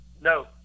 No